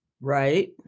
Right